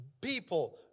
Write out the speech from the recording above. people